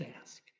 ask